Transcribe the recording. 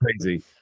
crazy